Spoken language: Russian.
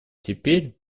теперь